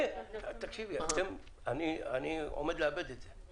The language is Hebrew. תקשיבי, אני עומד לאבד את זה.